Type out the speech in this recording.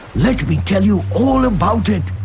let me tell you all about it.